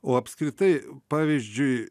o apskritai pavyzdžiui